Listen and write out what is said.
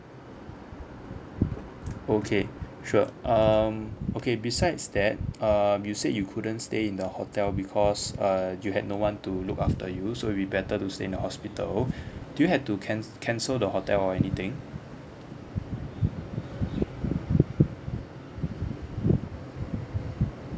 okay sure um okay besides that um you said you couldn't stay in the hotel because err you had no one to look after you so it will be better to stay in the hospital do you had to can~ cancel the hotel or anything